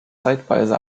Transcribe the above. zeitweise